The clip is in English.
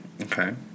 Okay